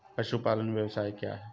पशुपालन व्यवसाय क्या है?